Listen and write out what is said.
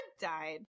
died